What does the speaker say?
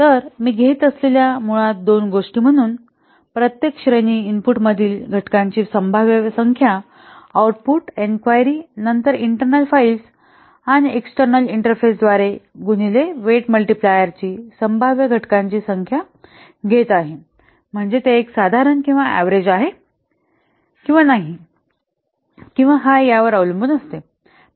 तर मी घेत असलेल्या मुळात दोन गोष्टी म्हणून प्रत्येक श्रेणी इनपुटमधील घटकांची संभाव्य संख्या ऑऊट्पुट एन्क्वायरी नंतर इंटर्नल फाइल आणि एक्सटेर्नल इंटरफेसद्वारे गुणिले वेट मल्टिप्लायर ची संभाव्य घटकांची संख्या घेत आहे म्हणजे ते एक साधारण किंवा ऍव्हरेज आहे किंवा नाही किंवा हाय यावर अवलंबून बदलू शकते